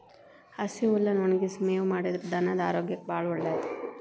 ಹಸಿ ಹುಲ್ಲನ್ನಾ ಒಣಗಿಸಿ ಮೇವು ಮಾಡಿದ್ರ ಧನದ ಆರೋಗ್ಯಕ್ಕೆ ಬಾಳ ಒಳ್ಳೇದ